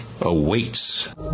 awaits